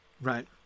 right